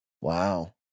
Wow